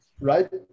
right